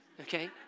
okay